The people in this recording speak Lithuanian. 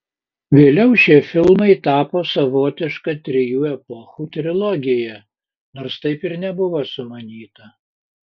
vėliau šie filmai tapo savotiška trijų epochų trilogija nors taip ir nebuvo sumanyta